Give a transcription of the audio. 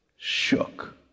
shook